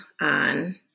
on